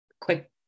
quick